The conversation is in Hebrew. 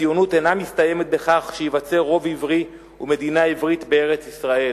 הציונות אינה מסתיימת בכך שייווצרו רוב עברי ומדינה עברית בארץ-ישראל".